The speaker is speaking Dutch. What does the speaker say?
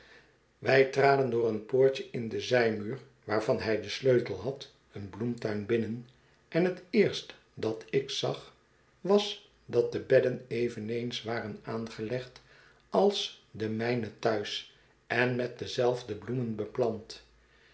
wij traden door een poortje in den zijmuur waarvan hij den sleutel had een bloemtuin binnen en het eerst dat ik zag was dat de bedden eveneens waren aangelegd als de mijne thuis en met dezelfde bloemen beplant